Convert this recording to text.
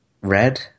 red